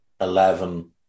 eleven